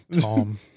Tom